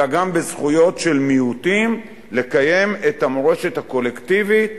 אלא גם בזכויות של מיעוטים לקיים את המורשת הקולקטיבית,